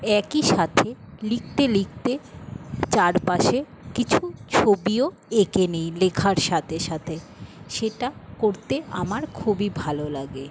একই সাথে লিখতে লিখতে চারপাশে কিছু ছবিও এঁকে নিই লেখার সাথে সাথে সেটা করতে আমার খুবই ভালো লাগে